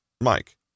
Mike